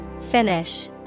Finish